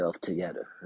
together